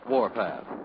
Warpath